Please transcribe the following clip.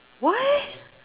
what